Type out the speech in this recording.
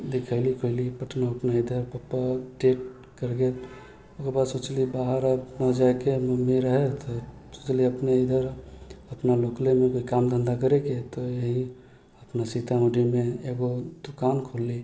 देखैली ओखैली पटना उटना इधर पप्पा डेड करि गेल ओकर बाद सोचली बाहर अब नहि जाइके मम्मी रहै तऽ सोचलिए अपने इधर अपना लोकलेमे कोइ काम धन्धा करैके तऽ इएह अपना सीतामढ़ीमे एगो दोकान खोलली